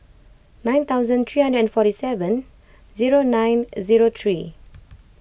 nine thousand three hundred and forty seven zero nine zero three